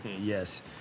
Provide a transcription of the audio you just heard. Yes